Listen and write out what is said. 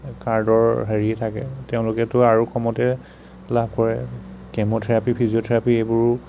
কাৰ্ডৰ হেৰি থাকে তেওঁলোকেটো আৰু কমতে লাভ কৰে কেম'থেৰাপি ফিজিঅ'থেৰাপি এইবোৰ